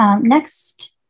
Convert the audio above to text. Next